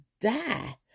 die